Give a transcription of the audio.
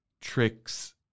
tricks